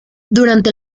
durante